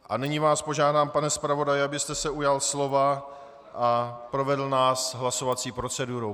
A nyní vás požádám, pane zpravodaji, abyste se ujal slova a provedl nás hlasovací procedurou.